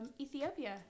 Ethiopia